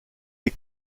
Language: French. est